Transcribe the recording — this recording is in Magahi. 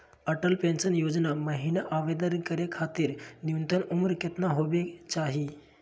अटल पेंसन योजना महिना आवेदन करै खातिर न्युनतम उम्र केतना होवे चाही?